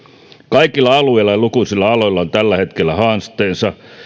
kaikilla alueilla ja lukuisilla aloilla on tällä hetkellä haasteena